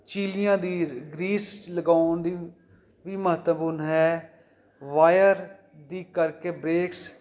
ਚੀਲੀਆਂ ਦੀ ਗਰੀਸ ਲਗਾਉਣ ਦੀ ਵੀ ਮਹੱਤਵਪੂਰਨ ਹੈ ਵਾਇਰ ਦੀ ਕਰਕੇ ਬਰੇਕਸ